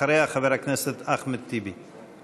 אחריה, חבר הכנסת אחמד טיבי.